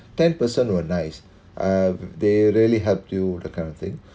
ten percent were nice ah they really help you that kind of thing